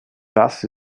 das